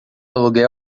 aluguel